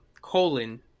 colon